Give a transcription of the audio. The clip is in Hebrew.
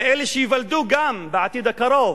וגם אלה שייוולדו בעתיד הקרוב.